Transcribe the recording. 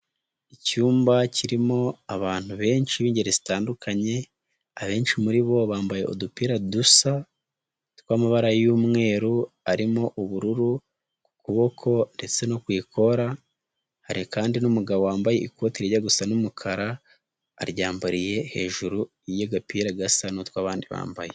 Icyumba kirimo abantu benshi b'ingeri zitandukanye, abenshi muri bo bambaye udupira dusa tw'amabara y'umweru arimo ubururu ku kuboko ndetse no ku ikora, hari kandi n'umugabo wambaye ikoti rijya gusa n'umukara, aryambariye hejuru y'agapira gasa n'utwo abandi bambaye.